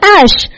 ash